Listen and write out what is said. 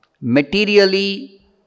materially